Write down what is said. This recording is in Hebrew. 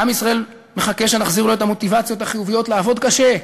העם בישראל מחכה שנחזיר לו את המוטיבציות החיוביות לעבוד קשה,